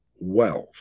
wealth